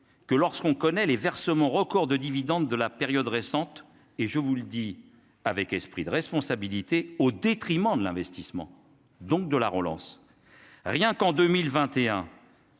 que lorsqu'on connaît les versements record de dividendes de la période récente, et je vous le dis avec esprit de responsabilité au détriment de l'investissement, donc de la relance, rien qu'en 2021